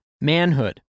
manhood